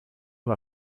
war